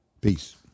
Peace